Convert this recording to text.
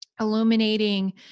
illuminating